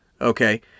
Okay